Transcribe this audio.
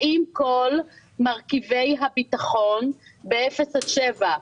האם כל מרכיבי הביטחון ב-0 עד 7,